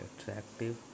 attractive